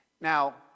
Now